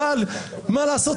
אבל מה לעשות,